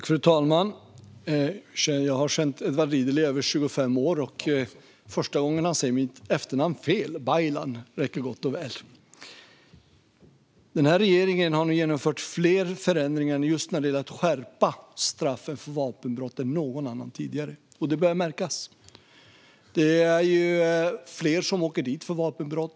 Fru talman! Den här regeringen har genomfört fler förändringar just när det gäller att skärpa straffen för vapenbrott än någon annan tidigare. Det börjar märkas. Det är fler som åker dit för vapenbrott.